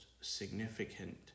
significant